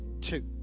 Two